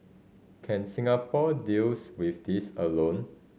can Singapore deals with this alone